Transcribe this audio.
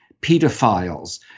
pedophiles